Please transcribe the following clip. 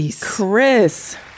chris